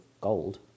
gold